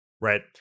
right